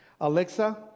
Alexa